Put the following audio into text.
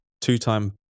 Two-time